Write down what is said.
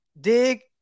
dig